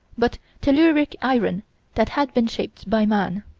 but telluric iron that had been shaped by man